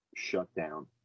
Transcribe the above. shutdown